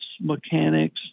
mechanics